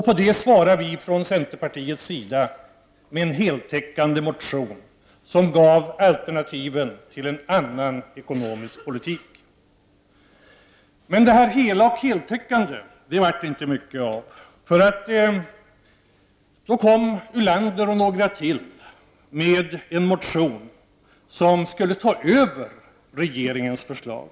På det svarar vi i centerpartiet med en heltäckande motion som ger alternativen till en annan ekonomisk politik. Men det här hela och heltäckande paketet blev det inte mycket av. Lars Ulander och några till väckte sedan en motion som så att säga skulle ta över regeringens förslag.